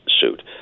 suit